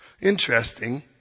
Interesting